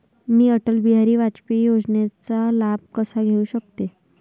मी अटल बिहारी वाजपेयी योजनेचा लाभ कसा घेऊ शकते?